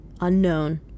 unknown